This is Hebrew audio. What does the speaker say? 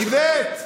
איווט,